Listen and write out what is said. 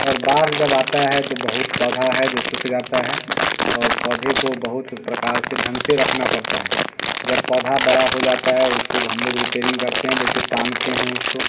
और बाढ़ जब आता है तो बहुत पौधा है सूख जाता है और पौधे को बहुत प्रकार से ढंग से रखना पड़ता है जब पौधा बड़ा हो जाता है उसको हम लोग रिपेयरिंग करते हैं जैसे पांगते हैं उसको